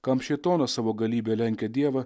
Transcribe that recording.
kam šėtonui savo galybe lenkia dievą